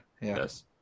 yes